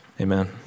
Amen